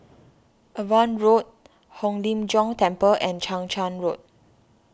Avon Road Hong Lim Jiong Temple and Chang Charn Road